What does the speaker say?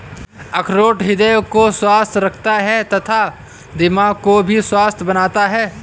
अखरोट हृदय को स्वस्थ रखता है तथा दिमाग को भी स्वस्थ बनाता है